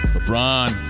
LeBron